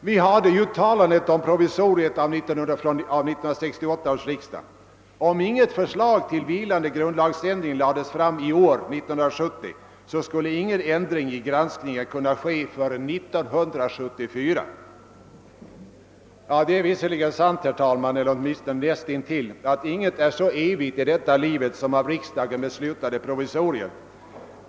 Vi hade uttalandet av 1968 års riksdag om provisoriet. Om inget förslag till vilande grundlagsändring lades fram i år skulle ingen ändring i granskningen kunna ske förrän år 1974. Det är visserligen sant, herr talman, åtminstone näst intill, att ingenting är så evigt i detta livet som av riksdagen beslutade provisorier.